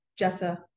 Jessa